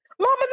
Mama